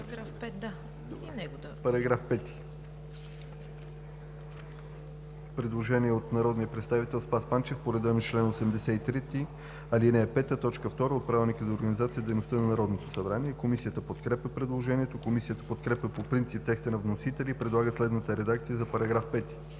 По § 5 има предложение от народния представител Спас Панчев по реда на чл. 83, ал. 5, т. 2 от Правилника за организацията и дейността на Народното събрание. Комисията подкрепя предложението. Комисията подкрепя по принцип текста на вносителя и предлага следната редакция на § 5: „§ 5.